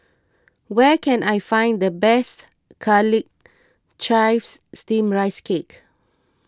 where can I find the best Garlic Chives Steamed Rice Cake